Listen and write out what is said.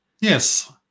Yes